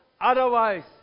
Otherwise